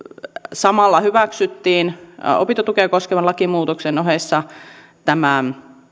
samalla hyväksyttiin opintotukea koskevan lakimuutoksen ohessa tämä